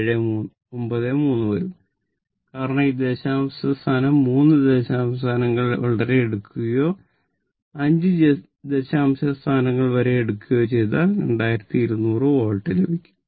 793 വരുന്നു കാരണം ഈ ദശാംശസ്ഥാനം മൂന്ന് ദശാംശ സ്ഥാനങ്ങൾ വരെ എടുക്കുകയോ അഞ്ച് ദശാംശ സ്ഥാനങ്ങൾ വരെ എടുക്കുകയോ ചെയ്താൽ 2200 വാട്ട് ലഭിക്കും